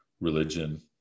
religion